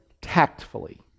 tactfully